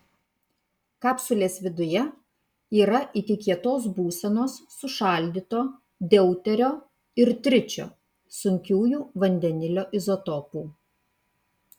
kapsulės viduje yra iki kietos būsenos sušaldyto deuterio ir tričio sunkiųjų vandenilio izotopų